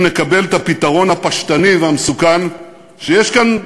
אם נקבל את הפתרון הפשטני והמסוכן שיש כאן,